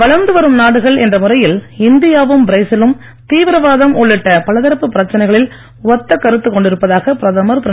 வளர்ந்து வரும் நாடுகள் என்ற முறையில் இந்தியாவும் பிரேசிலும் தீவிரவாதம் உள்ளிட்ட பலதரப்பு பிரச்சனைகளில் ஒத்தக் கருத்து கொண்டிருப்பதாக பிரதமர் திரு